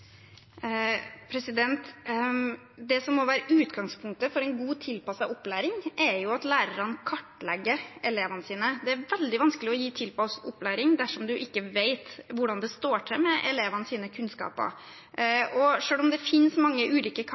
Det som må være utgangspunktet for en god, tilpasset opplæring, er jo at lærerne kartlegger elevene sine. Det er veldig vanskelig å gi tilpasset opplæring dersom man ikke vet hvordan det står til med elevenes kunnskaper. Selv om det finnes mange ulike